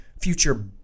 future